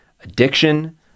Addiction